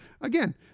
Again